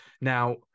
Now